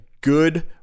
good